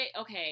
okay